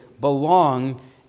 belong